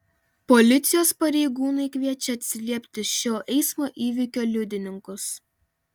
policijos pareigūnai kviečia atsiliepti šio eismo įvykio liudininkus